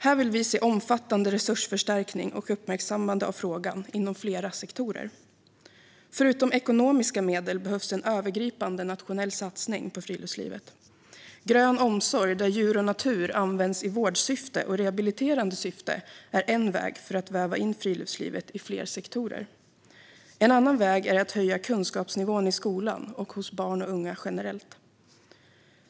Här vill vi se omfattande resursförstärkning och uppmärksammande av frågan inom flera sektorer. Förutom ekonomiska medel behövs en övergripande nationell satsning på friluftslivet. Grön omsorg där djur och natur används i vårdsyfte och rehabiliterande syfte är en väg att väva in friluftslivet i fler sektorer. En annan väg är att höja kunskapsnivån i skolan och hos barn och unga generellt.